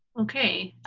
ok,